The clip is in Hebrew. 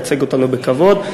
לייצג אותנו בכבוד.